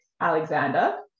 Alexander